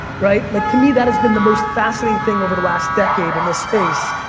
right? like to me that is been the most fascinating thing over the last decade in this space.